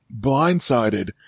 blindsided